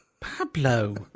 Pablo